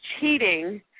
cheating